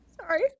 sorry